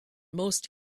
most